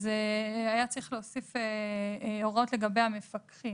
היה צריך להוסיף הוראות לגבי המפקחים